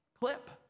clip